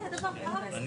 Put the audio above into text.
בוקר טוב לכל הנוכחים.